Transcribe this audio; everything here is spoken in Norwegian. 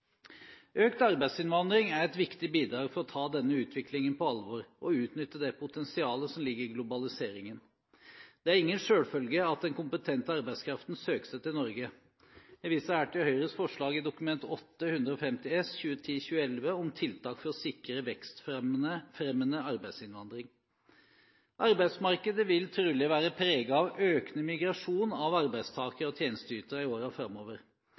Økt arbeidsinnvandring er et viktig bidrag for å ta denne utviklingen på alvor og utnytte det potensialet som ligger i globaliseringen. Det er ingen selvfølge at den kompetente arbeidskraften søker seg til Norge. Jeg viser her til Høyres forslag i Dokument 8:150 S for 2010–2011 om tiltak for å sikre vekstfremmende arbeidsinnvandring. Arbeidsmarkedet vil trolig være preget av økende migrasjon av arbeidstakere og tjenesteytere i årene framover,